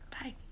Bye